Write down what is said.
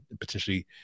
potentially